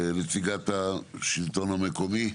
נציגת השלטון המקומי.